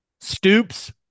Stoops